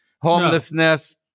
homelessness